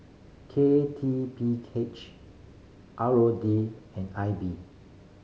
K T P H R O D and I B